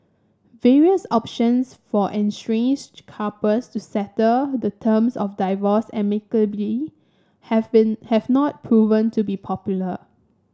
various options for estranges couples to settle the terms of divorce amicably have been have not proven to be popular